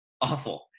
awful